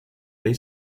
they